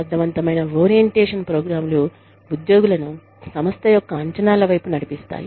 సమర్థవంతమైన orientation programme లు ఉద్యోగులను సంస్థ యొక్క అంచనాల వైపు నడిపిస్తాయి